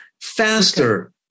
faster